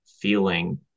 feeling